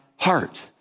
Heart